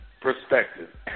Perspective